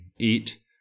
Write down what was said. eat